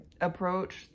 approach